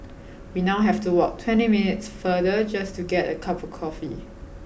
we now have to walk twenty minutes farther just to get a cup of coffee